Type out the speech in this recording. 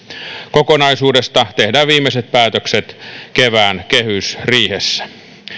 kokonaisuudesta tehdään viimeiset päätökset kevään kehysriihessä